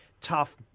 tough